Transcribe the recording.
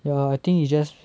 ya I think it's just